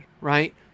right